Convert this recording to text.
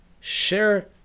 share